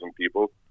people